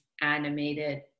animated